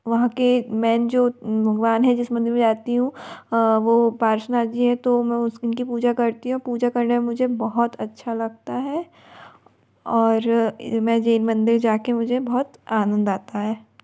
वहाँ के मेन जो भगवान हैं जिस मंदिर में जाती हूँ वह पार्श्वनाथ जी हैं तो मैं उस उनकी पूजा करती हूँ पूजा करने में मुझे बहुत अच्छा लगता है और मैं जेन मंदिर जाकर मुझे बहुत आनंद आता है